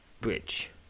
bridge